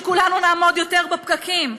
שכולנו נעמוד יותר בפקקים.